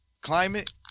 climate